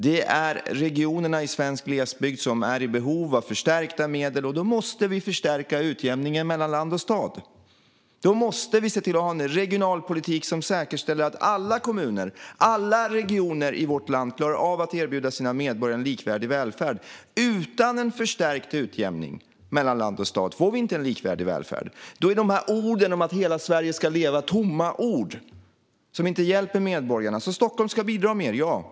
Det är regionerna i svensk glesbygd som är i behov av förstärkta medel, och då måste vi förstärka utjämningen mellan land och stad. Då måste vi ha en regionalpolitik som säkerställer att alla kommuner och alla regioner i vårt land klarar av att erbjuda sina medborgare en likvärdig välfärd. Utan förstärkt utjämning mellan land och stad får vi inte en likvärdig välfärd. Då är orden om att hela Sverige ska leva tomma ord som inte hjälper medborgarna. Stockholm ska bidra mer, ja.